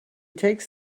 takes